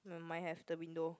no mine have the window